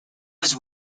was